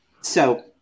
So-